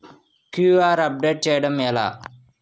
QR update చేయడం ఎలా?